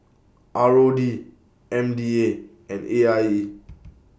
R O D M D A and A I E